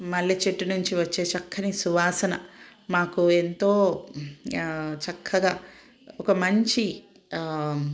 మల్లె చెట్టు నుంచి వచ్చే చక్కని సువాసన మాకు ఎంతో చక్కగా ఒక మంచి